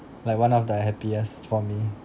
like one of the happiest for me